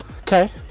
Okay